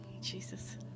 Jesus